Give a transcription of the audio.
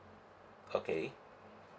okay